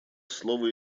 слово